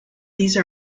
these